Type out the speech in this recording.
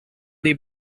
dei